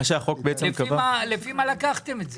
לפי מה לקחתם את זה?